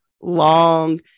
long